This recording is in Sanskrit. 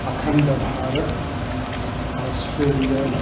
अखण्डभारतम् आस्ट्रेलिया